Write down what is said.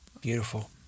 Beautiful